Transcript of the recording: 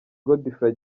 godfrey